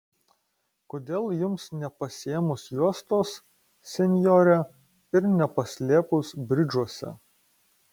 kodėl jums nepasiėmus juostos senjore ir nepaslėpus bridžuose